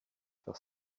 faire